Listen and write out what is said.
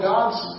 God's